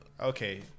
Okay